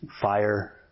Fire